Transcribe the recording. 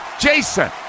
Jason